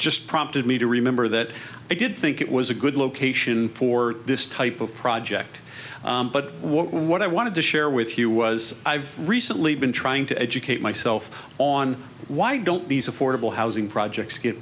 just prompted me to remember that i did think it was a good location for this type of project but what i wanted to share with you was i've recently been trying to educate myself on why don't these affordable housing projects get